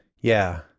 yeah